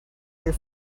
your